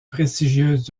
prestigieuses